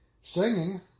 Singing